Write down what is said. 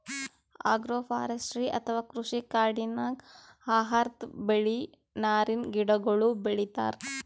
agroforestry ಅಥವಾ ಕೃಷಿ ಕಾಡಿನಾಗ್ ಆಹಾರದ್ ಬೆಳಿ, ನಾರಿನ್ ಗಿಡಗೋಳು ಬೆಳಿತಾರ್